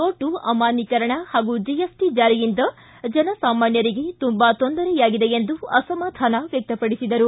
note ಅಮಾನ್ಯೀಕರಣ ಹಾಗೂ GST ಜಾರಿಯಿಂದ ಜನಸಾಮಾನ್ಯರಿಗೆ ತುಂಬಾ ತೊಂದರೆಯಾಗಿದೆ ಎಂದು ಅಸಮಾಧಾನ ವ್ಯಕ್ತಪಡಿಸಿದರು